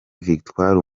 victoire